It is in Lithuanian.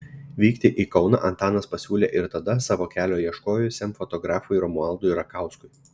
vykti į kauną antanas pasiūlė ir tada savo kelio ieškojusiam fotografui romualdui rakauskui